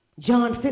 John